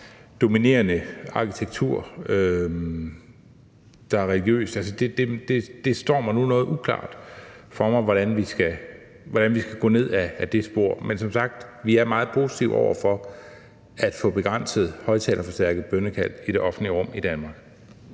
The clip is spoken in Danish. dominerende religiøs arkitektur, står det noget uklart for mig, hvordan vi skal gå ned ad det spor. Men som sagt er vi meget positive over for at få begrænset højtalerforstærket bønnekald i det offentlige rum i Danmark.